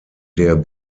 der